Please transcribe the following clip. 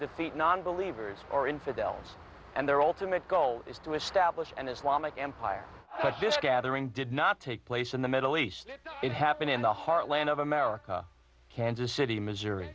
defeat nonbelievers or infidels and they're all timid go is to establish an islamic empire but this gathering did not take place in the middle east it happened in the heartland of america kansas city missouri